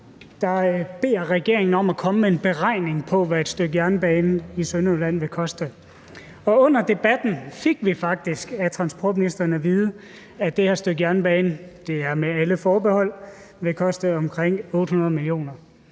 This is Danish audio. der beder regeringen om at komme med en beregning på, hvad et stykke jernbane i Sønderjylland vil koste, og under debatten fik vi faktisk af transportministeren at vide, at det her stykke jernbane – det er med alle forbehold – vil koste omkring 800 mio.